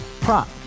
prop